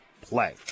play